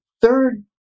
third